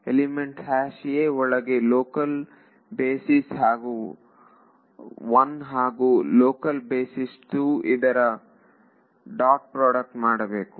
element a ಒಳಗೆ local basis 1 ಹಾಗೂ local basis 2 ಇದರ ಡಾಟ್ ಪ್ರಾಡಕ್ಟ್ ಮಾಡಬೇಕು